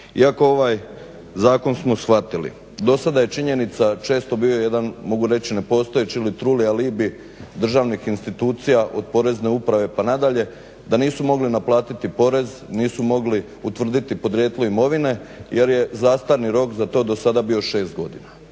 iako ovaj zakon smo shvatili. Do sada je činjenica često bio jedan mogu reći nepostojeći ili truli alibi državnih institucija od Porezne uprave pa nadalje da nisu mogli naplatiti porez, nisu mogli utvrditi podrijetlo imovine jer je zastarni rok za to do sada bio 6 godina.